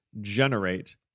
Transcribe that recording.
generate